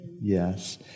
Yes